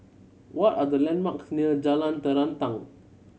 what are the landmarks near Jalan Terentang